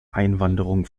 einwanderung